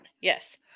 yes